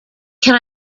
can